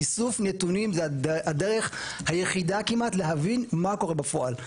איסוף נתונים הוא הדרך היחידה כמעט כדי להבין מה קורה בפועל.